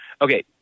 Okay